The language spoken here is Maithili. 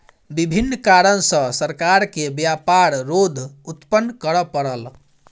विभिन्न कारण सॅ सरकार के व्यापार रोध उत्पन्न करअ पड़ल